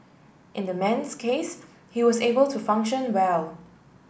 in the man's case he was able to function well